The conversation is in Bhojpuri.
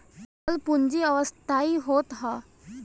चल पूंजी अस्थाई होत हअ